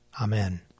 Amen